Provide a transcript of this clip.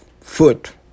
foot